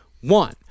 One